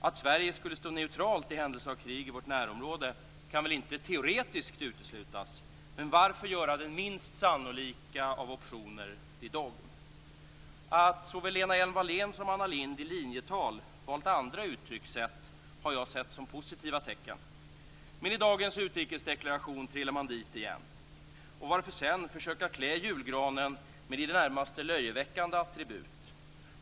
Att Sverige skulle stå neutralt i händelse av krig i vårt närområde kan väl inte teoretiskt uteslutas, men varför göra den minst sannolika av optioner till dogm? Att såväl Lena Hjelm-Wallén som Anna Lindh i linjetal har valt andra uttryckssätt har jag sett som positiva tecken. Men i dagens utrikesdeklaration trillar man dit igen. Och varför sedan försöka klä julgranen med i det närmaste löjeväckande attribut?